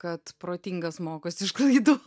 kad protingas mokosi iš klaidų